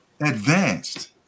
advanced